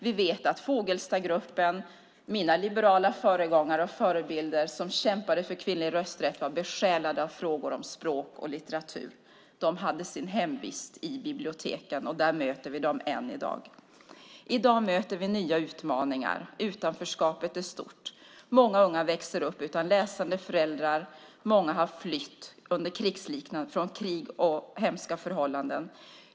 Vi vet att Fogelstadgruppen, bestående av mina liberala föregångare och förebilder som kämpade för kvinnlig rösträtt och var besjälade av frågor om språk och litteratur, hade sin hemvist i biblioteken, och där möter vi den än i dag. I dag möter vi nya utmaningar. Utanförskapet är stort. Många unga växer upp utan läsande föräldrar, och många har flytt från krig och hemska förhållanden.